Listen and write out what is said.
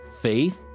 faith